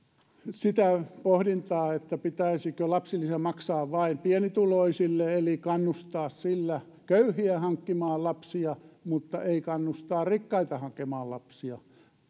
sitä pohdintaa että pitäisikö lapsilisä maksaa vain pienituloisille eli kannustaa sillä köyhiä hankkimaan lapsia mutta ei kannustaa rikkaita hankkimaan lapsia